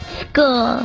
school